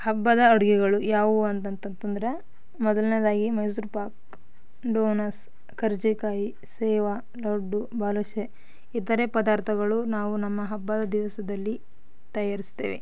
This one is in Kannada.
ಹಬ್ಬದ ಅಡುಗೆಗಳು ಯಾವುವು ಅಂತಂತಂತೆಂದ್ರೆ ಮೊದಲನೇದಾಗಿ ಮೈಸೂರು ಪಾಕು ಡೋನಸ್ ಕರ್ಜಿಕಾಯಿ ಸೇವು ಲಡ್ಡು ಬಾದುಷಾ ಇತರೆ ಪದಾರ್ಥಗಳು ನಾವು ನಮ್ಮ ಹಬ್ಬದ ದಿವಸದಲ್ಲಿ ತಯಾರಿಸ್ತೀವೆ